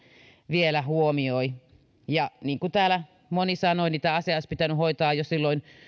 vielä huomioi niin kuin täällä moni sanoi tämä asia olisi pitänyt hoitaa jo silloin